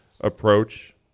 approach